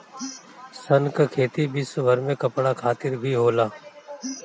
सन कअ खेती विश्वभर में कपड़ा खातिर भी होला